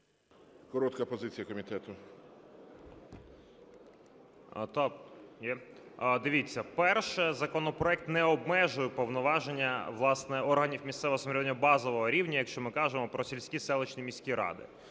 Коротка позиція комітету.